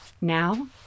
now